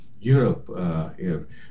Europe